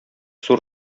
зур